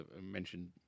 mentioned